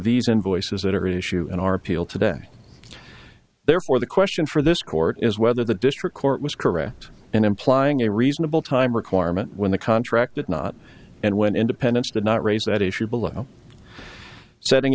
these invoices that are issue in our appeal today therefore the question for this court is whether the district court was correct in implying a reasonable time requirement when the contract did not end when independence did not raise that issue below setting